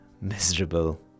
miserable